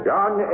John